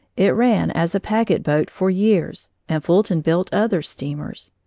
it ran as a packet boat for years, and fulton built other steamers.